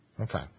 Okay